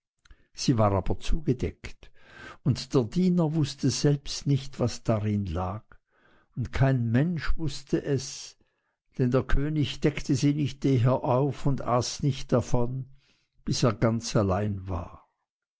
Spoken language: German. sie war aber zugedeckt und der diener wußte selbst nicht was darin lag und kein mensch wußte es denn der könig deckte sie nicht eher auf und aß nicht davon bis er ganz allein war